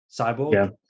Cyborg